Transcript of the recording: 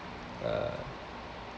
uh